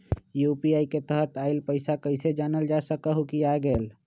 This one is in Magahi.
यू.पी.आई के तहत आइल पैसा कईसे जानल जा सकहु की आ गेल?